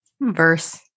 Verse